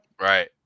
Right